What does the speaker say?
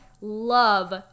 love